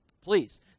Please